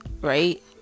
right